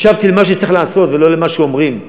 הקשבתי למה שצריך לעשות ולא למה שאומרים.